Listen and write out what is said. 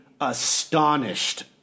astonished